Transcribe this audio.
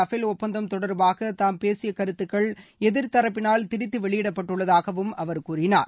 ஃபேல் ஒப்பந்தம் தொடர்பாக தாம் பேசிய கருத்துக்கள் எதிர்தரப்பினரால் திரித்து வெளியிடப்பட்டுள்ளதாகவும் அவர் கூறினார்